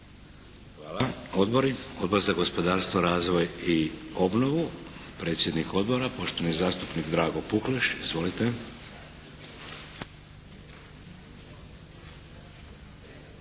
Hvala. Odbori? Odbor za gospodarstvo, razvoj i obnovu, predsjednik odbora poštovani zastupnik Drago Pukleš. Izvolite.